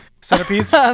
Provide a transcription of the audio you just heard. centipedes